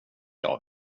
jag